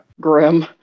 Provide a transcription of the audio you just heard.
Grim